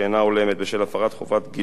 בשל הפרת חובות גילוי,